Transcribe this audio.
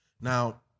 now